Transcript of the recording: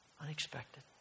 Unexpected